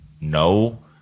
No